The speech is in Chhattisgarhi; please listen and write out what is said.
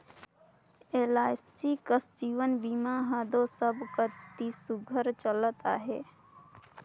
एल.आई.सी कस जीवन बीमा हर दो सब कती सुग्घर चलत अहे